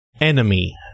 Enemy